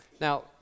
Now